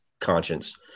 conscience